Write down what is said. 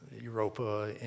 Europa